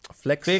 flex